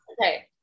okay